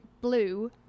blue